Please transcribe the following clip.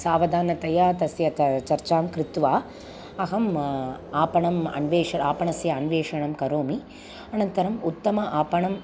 सावधानतया तस्य च चर्चां कृत्वा अहम् आपणम् अन्वेष्य आपणस्य अन्वेषणम् करोमि अनन्तरम् उत्तमम् आपणम्